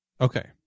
Okay